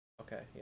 Okay